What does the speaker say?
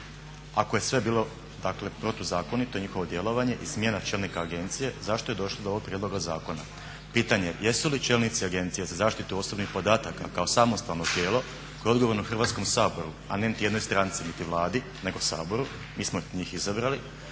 ako je sve bilo protuzakonito i njihovo djelovanje i smjena čelnika agencije zašto je došlo do ovog prijedloga zakona? Pitanje, jesu li čelnici AZOP-a kao samostalno tijelo koje je odgovorno Hrvatskom saboru, a ne jednoj stranci niti Vladi, nego Saboru mi smo njih izabrali,